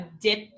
dip